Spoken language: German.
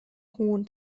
hohen